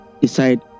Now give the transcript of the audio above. decide